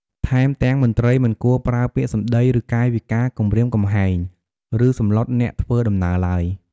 ថែមទាំងមន្ត្រីមិនគួរប្រើពាក្យសំដី ឬកាយវិការគំរាមកំហែង ឬសម្លុតអ្នកធ្វើដំណើរឡើយ។